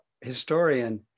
historian